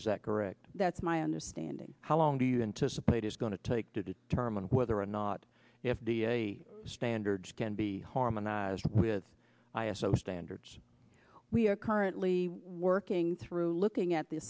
is that correct that's my understanding how long do you anticipate is going to take to determine whether or not if the standards can be harmonized with i s o standards we are currently working through looking at the